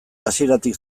hasieratik